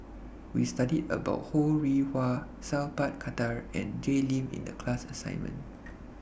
We studied about Ho Rih Hwa Sat Pal Khattar and Jay Lim in The class assignment